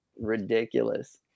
ridiculous